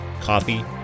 coffee